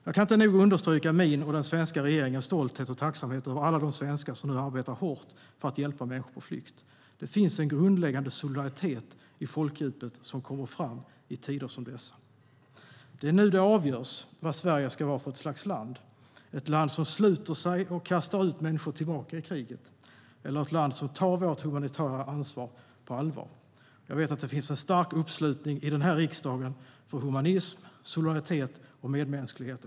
Jag kan inte nog understryka min och den svenska regeringens stolthet och tacksamhet över alla de svenskar som arbetar hårt för att hjälpa människor på flykt. Det finns en grundläggande solidaritet i folkdjupet som kommer fram i tider som dessa. Det är nu det avgörs vilket slags land Sverige ska vara, ett land som sluter sig och kastar ut människor tillbaka till kriget eller ett land som tar sitt humanitära ansvar på allvar. Jag vet att det finns en stark uppslutning i den här riksdagen för humanism, solidaritet och medmänsklighet.